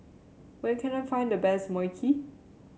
where can I find the best Mui Kee